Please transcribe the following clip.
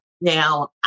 Now